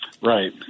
Right